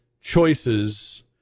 choices